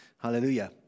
Hallelujah